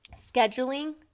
scheduling